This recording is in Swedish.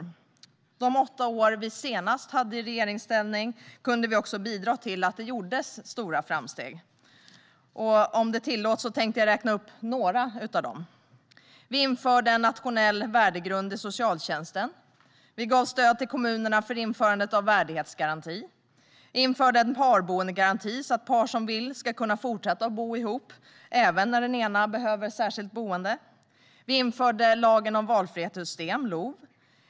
Under de åtta år då vi senast satt i regeringsställning kunde vi också bidra till att det gjordes stora framsteg. Om det tillåts tänkte jag räkna upp några av dem. Vi införde en nationell värdegrund i socialtjänsten. Vi gav stöd till kommunerna för införande av en värdighetsgaranti. Vi införde en parboendegaranti så att par som vill ska kunna fortsätta att bo ihop, även när den ena behöver särskilt boende. Vi införde lagen om valfrihetssystem, LOV.